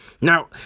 Now